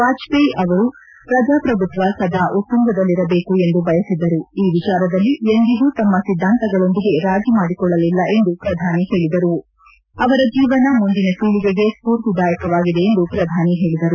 ವಾಜಪೇಯಿ ಅವರು ಪ್ರಜಾಪ್ರಭುತ್ವ ಸದಾ ಉತ್ತುಂಗದಲ್ಲಿರಬೇಕು ಎಂದು ಬಯಸಿದ್ದರು ಈ ವಿಚಾರದಲ್ಲಿ ಎಂದಿಗೂ ತಮ್ಮ ಸಿದ್ದಾಂತಗಳೊಂದಿಗೆ ರಾಜಿ ಮಾಡಿಕೊಳ್ಳಲಿಲ್ಲ ಎಂದು ಪ್ರಧಾನಿ ಹೇಳಿದರು ಅವರ ಜೀವನ ಮುಂದಿನ ಪೀಳಿಗೆಗೆ ಸ್ಪೂರ್ತಿದಾಯಕವಾಗಿದೆ ಎಂದು ಪ್ರಧಾನಿ ಹೇಳದರು